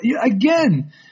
again